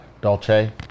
Dolce